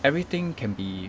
everything can be